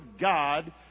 God